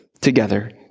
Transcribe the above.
together